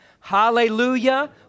Hallelujah